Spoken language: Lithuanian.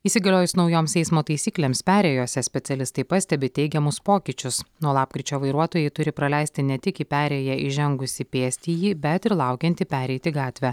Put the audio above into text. įsigaliojus naujoms eismo taisyklėms perėjose specialistai pastebi teigiamus pokyčius nuo lapkričio vairuotojai turi praleisti ne tik į perėją įžengusį pėstįjį bet ir laukiantį pereiti gatvę